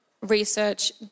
research